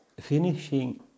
finishing